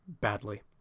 Badly